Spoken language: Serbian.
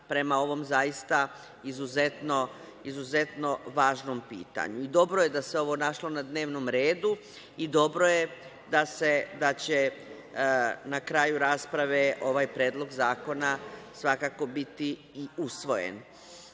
prema ovom zaista izuzetnom važnom pitanju. Dobro je da se ovo našlo na dnevnom redu i dobro je da će na kraju rasprave ovaj predlog zakona, svakako, biti usvojen. Zato